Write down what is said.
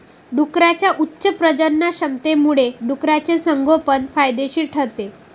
डुकरांच्या उच्च प्रजननक्षमतेमुळे डुकराचे संगोपन फायदेशीर ठरते